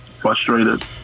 frustrated